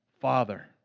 Father